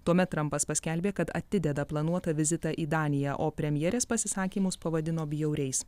tuomet trampas paskelbė kad atideda planuotą vizitą į daniją o premjerės pasisakymus pavadino bjauriais